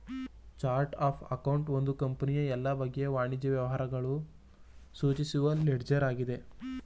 chart of account ಒಂದು ಕಂಪನಿಯ ಎಲ್ಲ ಬಗೆಯ ವಾಣಿಜ್ಯ ವ್ಯವಹಾರಗಳು ಸೂಚಿಸುವ ಲೆಡ್ಜರ್ ಆಗಿದೆ